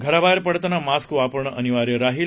घराबाहेर पडताना मास्क वापरणं अनिवार्य राहील